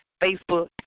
Facebook